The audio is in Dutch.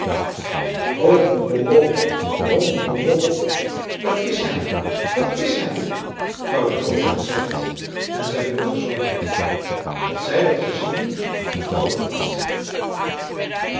bom rom bom bom dat is hij dat is hij zou de trommel gezegd en zijn moeder gezongen hebben als zij dat gezien of gedroomd had